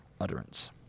utterance